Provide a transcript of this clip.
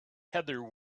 heather